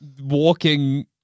walking